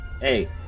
Hey